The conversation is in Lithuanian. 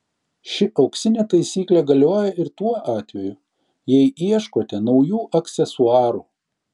ši auksinė taisyklė galioja ir tuo atveju jei ieškote naujų aksesuarų